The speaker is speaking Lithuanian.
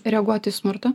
reaguoti į smurtą